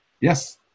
yes